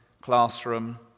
classroom